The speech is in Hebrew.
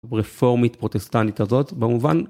רפורמית פרוטסטנית הזאת במובן.